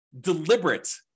deliberate